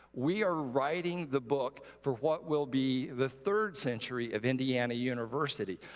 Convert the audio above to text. we are writing the book for what will be the third century of indiana university.